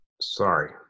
Sorry